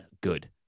good